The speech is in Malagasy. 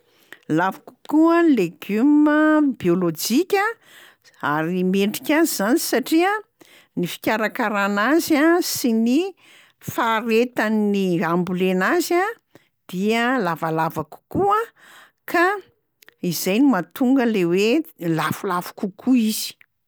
Lafo kokoa ny legioma biôlôjika ary mendrika azy izany satria ny fikarakarana azy a sy ny faharetan'ny ambolena azy a dia lavalava kokoa ka izay no mahatonga le hoe lafolafo kokoa izy.